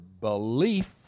belief